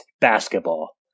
basketball